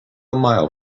mile